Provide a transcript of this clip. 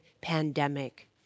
pandemic